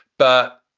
but.